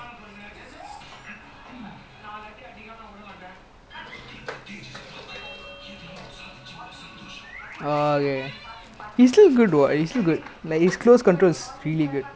L_O_L he some futsal dude lah like last time he tell me like last time he damn young he played with us then we all think he damn O_P lah because he actually O_P lah but then now we all like quite decent but he's still O_P lah